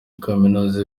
kaminuza